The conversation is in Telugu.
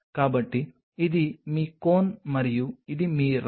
కాబట్టి ఇది మీ కోన్ మరియు ఇది మీ రాడ్